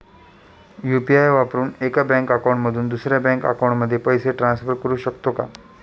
UPI वापरून एका bank account मधून दुसऱ्या बँक अकाउंटमध्ये पैसे ट्रान्सफर करू शकतो का?